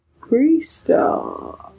Crystal